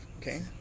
Okay